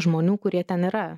žmonių kurie ten yra